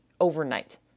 overnight